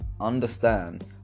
understand